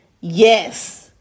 Yes